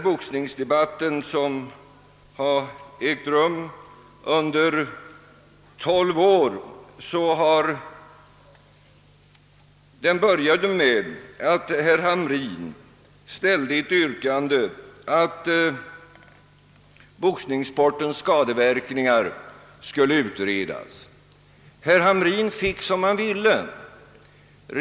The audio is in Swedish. Boxningsdebatterna här i riksdagen började med att herr Hamrin i Jönköping ställde yrkande om att boxnings sportens skadeverkningar skulle utredas. Herr Hamrin fick som han ville.